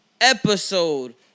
episode